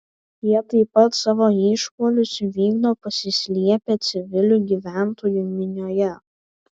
jie taip pat savo išpuolius vykdo pasislėpę civilių gyventojų minioje